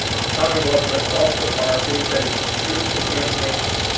the commonwealth rests also upon our faith that it is true to man's nature,